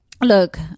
look